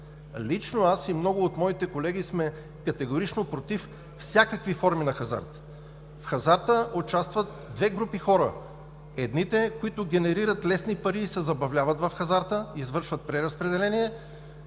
Лично аз и много от моите колеги сме категорично против всякакви форми на хазарт. В хазарта участват две групи хора – едните, които генерират лесни пари и се забавляват в хазарта, извършват преразпределение,